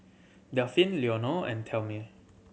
Delphine Leonor and Thelmay